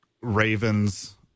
Ravens